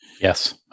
Yes